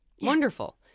Wonderful